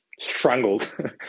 strangled